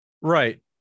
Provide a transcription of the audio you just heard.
Right